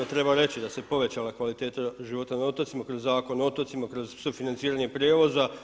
Treba reći da se povećala kvaliteta života na otocima kroz Zakon o otocima, kroz sufinanciranje prijevoza.